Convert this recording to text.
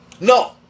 No